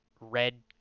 red